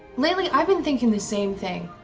lately i've been thinking the same thing.